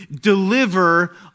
deliver